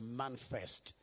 manifest